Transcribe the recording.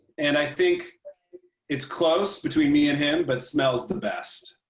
and i think it's close between me and him, but smells the best.